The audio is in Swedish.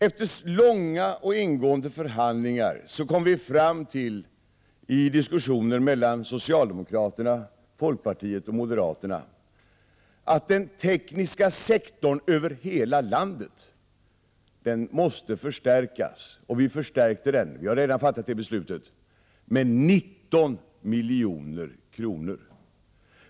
Efter långa och ingående förhandlingar kom vi fram till i utskottet, i diskussioner mellan socialdemokraterna, folkpartiet och moderaterna, att den tekniska sektorn över hela landet måste förstärkas. En förstärkning har skett — det beslutet har redan fattats — med 19 milj.kr.